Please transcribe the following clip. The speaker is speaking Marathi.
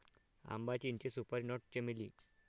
आंबा, चिंचे, सुपारी नट, चमेली